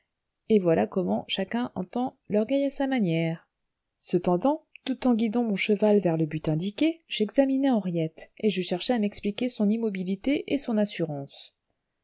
et voilà comment chacun entend l'orgueil à sa manière cependant tout en guidant mon cheval vers le but indiqué j'examinais henriette et je cherchais à m'expliquer son immobilité et son assurance